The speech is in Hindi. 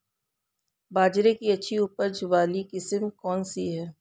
बाजरे की अच्छी उपज वाली किस्म कौनसी है?